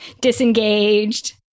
disengaged